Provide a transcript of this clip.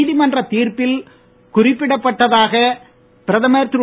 நீதிமன்றத்தின் தீர்ப்பில் குறிப்பிடப்பட்டதாக பிரதமர் திரு